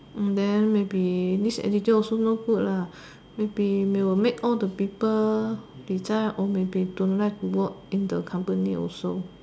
then maybe this attitude also no good lah maybe will make all the people resign or maybe don't like to work in the company also